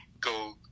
go